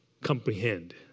comprehend